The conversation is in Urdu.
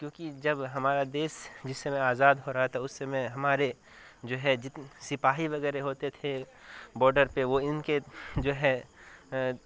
کیونکہ جب ہمارا دیش جس سمے آزاد ہو رہا تھا اس سمے میں ہمارے جو ہے جتنے سپاہی وغیرہ ہوتے تھے بورڈر پہ وہ ان کے جو ہے